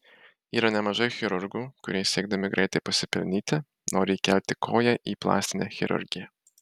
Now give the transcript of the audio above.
yra nemažai chirurgų kurie siekdami greitai pasipelnyti nori įkelti koją į plastinę chirurgiją